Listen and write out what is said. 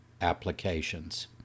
applications